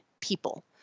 people